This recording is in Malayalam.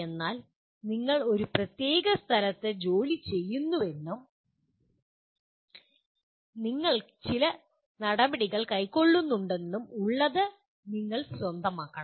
എന്നാൽ നിങ്ങൾ ഒരു പ്രത്യേക സ്ഥലത്ത് ജോലിചെയ്യുന്നുവെന്നും നിങ്ങൾ ചില നടപടികൾ കൈക്കൊള്ളുന്നുണ്ടെന്നും ഉള്ളത് നിങ്ങൾ സ്വന്തമാക്കണം